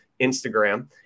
Instagram